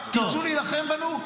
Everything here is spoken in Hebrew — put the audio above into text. תרצו להילחם בנו?